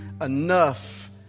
enough